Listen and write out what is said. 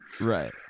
Right